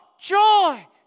joy